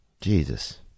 Jesus